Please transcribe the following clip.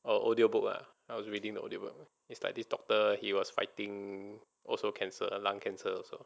err audio book lah I was reading the audio book is like this doctor he was fighting also cancer lung cancer also